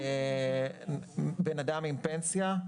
אדם עם פנסיה,